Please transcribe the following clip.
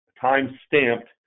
time-stamped